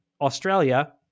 australia